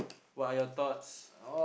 what are your thoughts